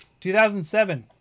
2007